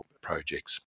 projects